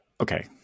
Okay